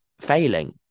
failing